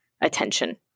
attention